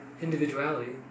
individuality